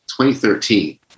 2013